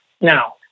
Now